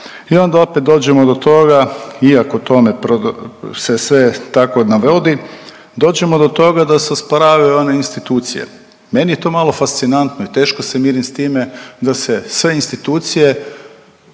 i onda opet dođemo do toga iako to se sve tako navodi, dođemo do toga da se osporavaju one institucije. Meni je to malo fascinantno i teško se mirim s time da se sve institucije,